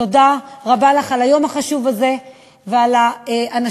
תודה רבה לך על היום החשוב הזה ועל האנשים